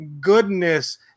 goodness